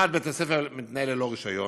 (1) בית-הספר מתנהל ללא רישיון,